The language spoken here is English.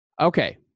Okay